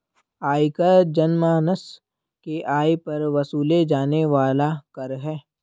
आयकर जनमानस के आय पर वसूले जाने वाला कर है